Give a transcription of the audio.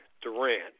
Durant